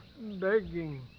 begging